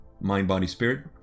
mind-body-spirit